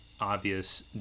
Obvious